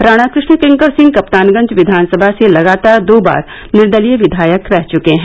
राणा कृष्णकिंकर सिंह कप्तानगंज विधानसभा से लगातार दो बार निर्दलीय विधायक रह चुके हैं